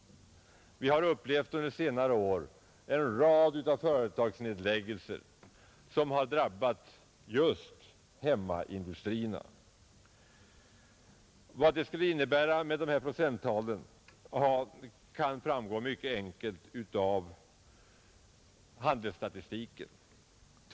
Vi har under senare år upplevt en rad företagsnedläggningar som har drabbat just hemmaindustrierna. Vad dessa procenttal innebär framgår mycket klart av några siffror i handelsstatistiken.